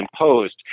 imposed